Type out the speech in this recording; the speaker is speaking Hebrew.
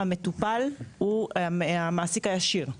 המטופל הוא המעסיק הישיר.